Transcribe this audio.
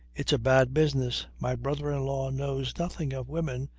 it's a bad business. my brother-in-law knows nothing of women,